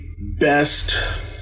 best